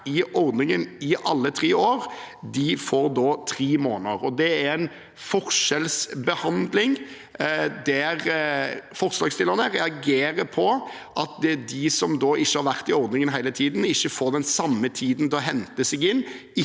i ordningen i alle tre årene, får tre måneder. Det er en forskjellsbehandling. Forslagsstillerne reagerer på at de som ikke har vært i ordningen hele tiden, ikke får den samme tiden til å hente seg inn